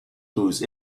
whose